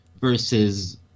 versus